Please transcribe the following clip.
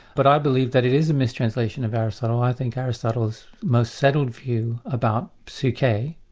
but i believe that it is a mistranslation of aristotle, i think aristotle's most settled view about psykhe,